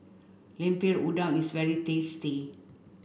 Lemper Udang is very tasty